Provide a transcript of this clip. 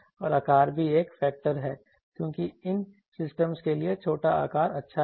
और आकार भी एक फेक्टर है क्योंकि इन सिस्टमज़ के लिए छोटा आकार अच्छा है